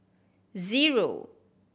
zero